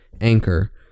Anchor